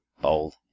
bold